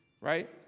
right